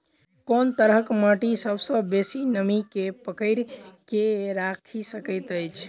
कोन तरहक माटि सबसँ बेसी नमी केँ पकड़ि केँ राखि सकैत अछि?